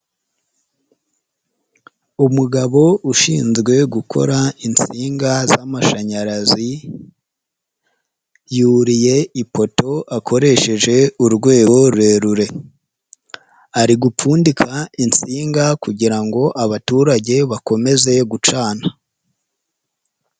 Umugabo ushinzwe gukora insinga z'amashanyarazi, yuriye ipoto akoresheje urwego rurerure, ari gupfundika insinga kugirango ngo abaturage bakomeze gucana.